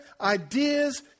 ideas